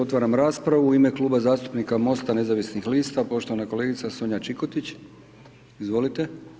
Otvaram raspravu u ime Kluba zastupnika MOST-a nezavisnih lista, poštovana kolegica Sonja Čikotić, izvolite.